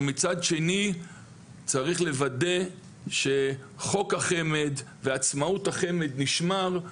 ומצד שני צריך לוודא שחוק החמ"ד ועצמאות החמ"ד נשמר,